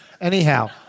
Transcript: Anyhow